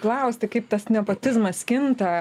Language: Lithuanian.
klausti kaip tas nepotizmas kinta